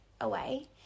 away